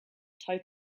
tow